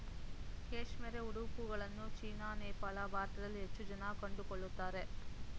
cashmere ಉಡುಪುಗಳನ್ನ China, Nepal, ಭಾರತದಲ್ಲಿ ಹೆಚ್ಚು ಜನ ಕೊಂಡುಕೊಳ್ಳುತ್ತಾರೆ